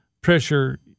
pressure